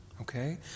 Okay